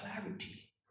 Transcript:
clarity